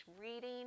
reading